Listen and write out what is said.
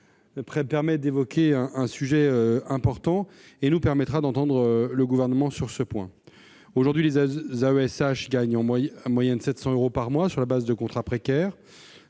d'évoquer un sujet important, et elles nous permettront d'entendre le Gouvernement sur ce point. Aujourd'hui, les AESH gagnent en moyenne 700 euros par mois, sur la base de contrats précaires